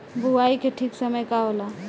बुआई के ठीक समय का होला?